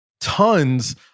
tons